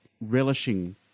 relishing